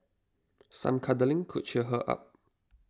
some cuddling could cheer her up